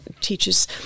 teaches